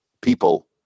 people